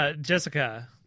Jessica